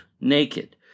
naked